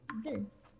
Zeus